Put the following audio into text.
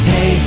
Hey